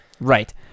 Right